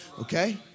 okay